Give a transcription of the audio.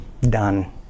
Done